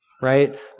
Right